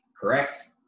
correct